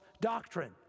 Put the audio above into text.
doctrine